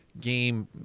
game